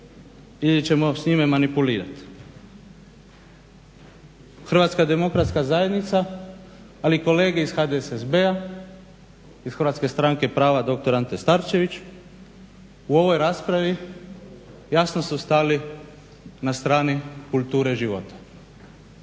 ili ćemo s njime manipulirati? Hrvatska demokratska zajednica, ali i kolege iz HDSSB-a, iz Hrvatske stranke prava dr. Ante Starčević u ovoj raspravi jasno su stali na strani kulture života.